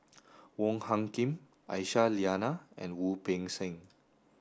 Wong Hung Khim Aisyah Lyana and Wu Peng Seng